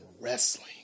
wrestling